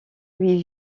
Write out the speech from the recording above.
lui